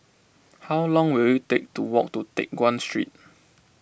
how long will it take to walk to Teck Guan Street